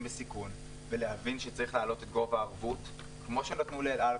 בסיכון ולהבין שצריך להעלות את גובה הערבות כמו שנתנו לאל על,